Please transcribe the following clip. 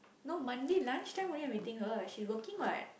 no Monday lunch time only I'm meeting her she's working what